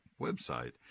website